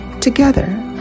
together